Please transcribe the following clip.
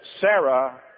Sarah